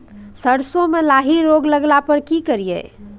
सरसो मे लाही रोग लगला पर की करिये?